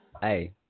Hey